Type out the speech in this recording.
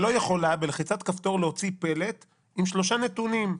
שלא יכולה בלחיצת כפתור להוציא פלט עם שלושה נתונים: